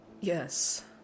Yes